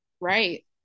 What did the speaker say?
right